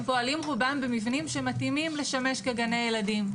פועלים רובם במבנים שמתאימים לשמש כגני ילדים,